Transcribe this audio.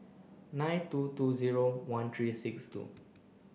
nine two two zero one three six two